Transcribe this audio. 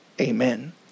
amen